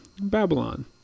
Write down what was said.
Babylon